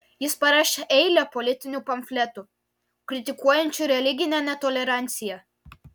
jis parašė eilę politinių pamfletų kritikuojančių religinę netoleranciją